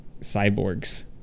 cyborgs